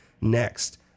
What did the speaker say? next